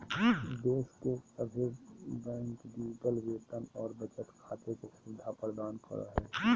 देश के सभे बैंक डिजिटल वेतन और बचत खाता के सुविधा प्रदान करो हय